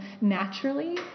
naturally